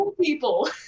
people